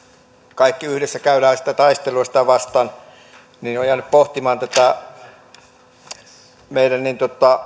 kaikki yhdessä käydään taistelua sitä vastaan niin olen jäänyt pohtimaan tämän meidän